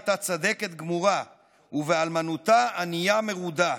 הייתה צדקת גמורה / ובאלמנותה ענייה מרודה.